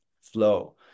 flow